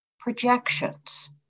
projections